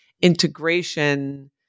integration